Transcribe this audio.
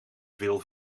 veel